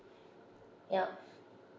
yup